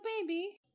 baby